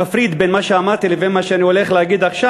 שמפריד בין מה שאמרתי לבין מה שאני הולך להגיד עכשיו?